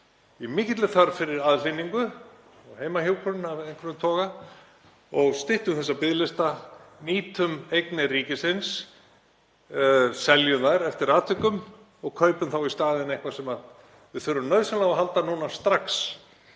í mikilli þörf fyrir aðhlynningu og heimahjúkrun af einhverjum toga og styttum þessa biðlista, nýtum eignir ríkisins, seljum þær eftir atvikum og kaupum þá í staðinn eitthvað sem við þurfum nauðsynlega á að halda núna strax.